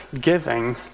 giving